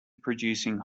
producing